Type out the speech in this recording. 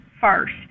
first